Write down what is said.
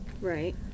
Right